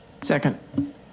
Second